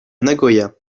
nagoya